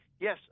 Yes